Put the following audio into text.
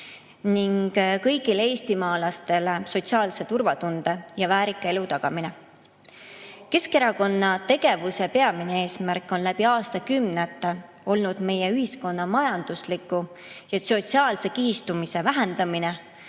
ning kõigile eestimaalastele sotsiaalse turvatunde ja väärika elu tagamine. Keskerakonna tegevuse peamine eesmärk on läbi aastakümnete olnud meie ühiskonna majandusliku ja sotsiaalse kihistumise vähendamine